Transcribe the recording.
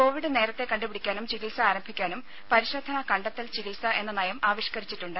Covid നേരത്തെ കണ്ടുപിടിക്കാനും ചികിത്സ ആരംഭിക്കാനും പരിശോധന കണ്ടെത്തൽ ചികിത്സ എന്ന നയം ആവിഷ്കരിച്ചിട്ടുണ്ട്